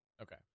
Okay